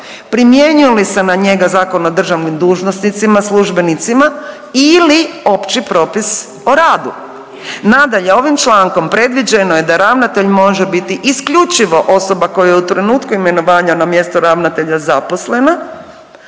primjenjuje li se na njega Zakon o državnim dužnosnicima službenicima ili Opći propis o radu? Nadalje, ovim člankom predviđeno je da ravnatelj može biti isključivo osoba koja je u trenutku imenovanja na mjesto ravnatelja zaposlena